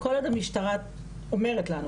כל עוד המשטרה אומרת לנו,